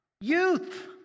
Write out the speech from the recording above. youth